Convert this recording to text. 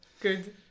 Good